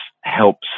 helps